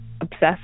obsessed